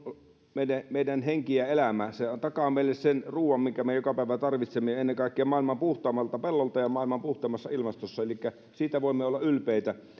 meidän henki ja elämä se takaa meille sen ruoan minkä me joka päivä tarvitsemme ja ennen kaikkea maailman puhtaimmalta pellolta ja maailman puhtaimmassa ilmastossa elikkä siitä voimme olla ylpeitä